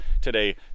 today